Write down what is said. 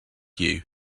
you